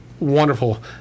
Wonderful